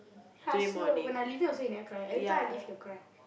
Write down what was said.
when I leaving also he never cry every time I leave he will cry